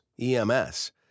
EMS